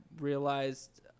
realized